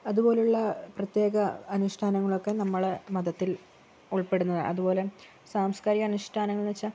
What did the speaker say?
അതുപോലുള്ള പ്രത്യേക അനുഷ്ഠാനങ്ങളൊക്കെ നമ്മളെ മതത്തിൽ ഉൾപ്പെടുന്നതാണ് അതുപോലെ സാംസ്ക്കാരിക അനുഷ്ഠാനമെന്നു വച്ചാൽ